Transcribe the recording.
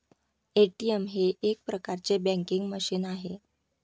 ATM हे एक प्रकारचे बँकिंग मशीन आहे